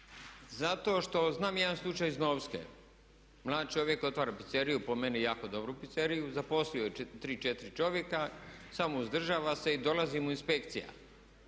Zato što znam jedan slučaj iz Novske. Mlad čovjek otvara pizzeriju, po meni jako dobru pizzeriju, zaposlio je tri, četiri čovjeka, samo uzdržava se i dolazi mu inspekcija